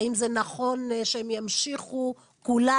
האם זה נכון שהם ימשיכו כולם,